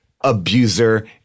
abuser